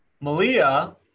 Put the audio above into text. Malia